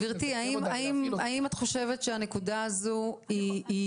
גברתי, האם את חושבת שהנקודה הזו היא קריטית?